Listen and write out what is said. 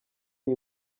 iyi